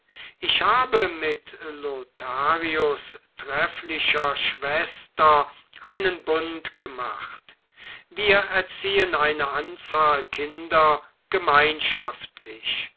ich habe mit lotharios trefflicher schwester einen bund gemacht wir erziehen eine anzahl kinder gemeinschaftlich